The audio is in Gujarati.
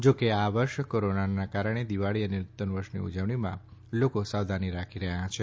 જોકે આ વર્ષ કોરોનાના પગલે દિવાળી અને નૂતન વર્ષની ઉજવણીમાં લોકો સાવધાની રાખી રહ્યા છે